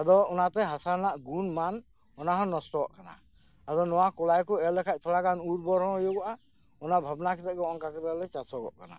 ᱟᱫᱚ ᱚᱱᱟᱛᱮ ᱦᱟᱥᱟ ᱨᱮᱱᱟᱜ ᱜᱩᱱᱼᱢᱟᱱ ᱚᱱᱟᱦᱚᱸ ᱱᱚᱥᱴᱚᱜ ᱠᱟᱱᱟ ᱟᱫᱚ ᱱᱚᱣᱟ ᱠᱚᱞᱟᱭ ᱠᱚ ᱮᱨ ᱞᱮᱠᱷᱟᱱ ᱛᱷᱚᱲᱟᱜᱟᱱ ᱩᱨᱵᱚᱨ ᱦᱚᱸ ᱦᱩᱭᱩᱜᱼᱟ ᱚᱱᱟ ᱵᱷᱟᱵᱽᱱᱟ ᱠᱟᱛᱮ ᱱᱚᱝᱠᱟ ᱠᱟᱛᱮ ᱞᱮ ᱪᱟᱥᱚᱜᱚᱜ ᱠᱟᱱᱟ